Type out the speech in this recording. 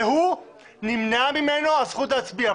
ממנו נמנעת הזכות להצביע.